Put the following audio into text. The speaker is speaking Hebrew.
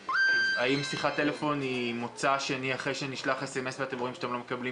האם שיחת טלפון היא מוצא שני אחרי שנשלח סמס ואתם רואים שאתם לא מקבלים